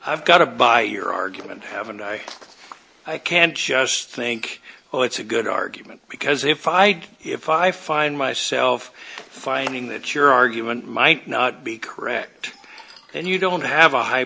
i've got to buy your argument haven't i i can't just think oh it's a good argument because if i if i find myself finding that your argument might not be correct and you don't have a high